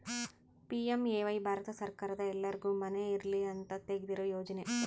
PMAY Bharat ಸರ್ಕಾರದ ಎಲ್ಲರ್ಗು ಮನೆ ಇರಲಿ ಅಂತ ತೆಗ್ದಿರೊ ಯೋಜನೆ